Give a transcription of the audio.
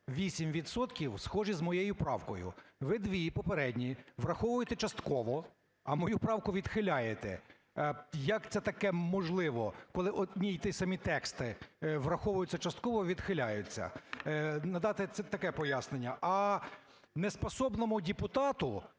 схожі з моєю правкою. Ви дві попередні враховуєте частково, а мою правку відхиляєте. Як це таке можливо, коли одні й ті самі тексти враховуються частково і відхиляються? Надати таке пояснення. А неспособному депутату,